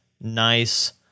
nice